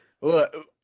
look